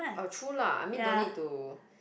uh true lah I mean don't need to